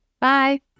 Bye